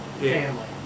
Family